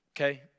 Okay